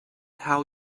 how